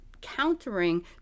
countering